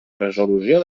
resolució